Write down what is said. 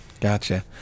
Gotcha